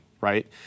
right